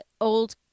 old